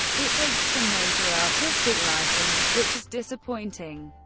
it takes some major artistic license which is disappointing,